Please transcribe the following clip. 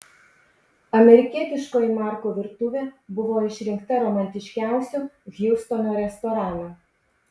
amerikietiškoji marko virtuvė buvo išrinkta romantiškiausiu hjustono restoranu